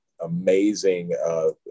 amazing